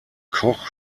koch